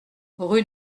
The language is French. rue